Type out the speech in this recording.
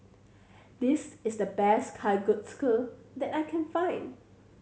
this is the best Kalguksu that I can find